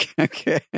Okay